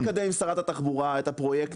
אני מקדם עם שרת התחבורה את הפרויקט